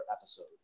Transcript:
episode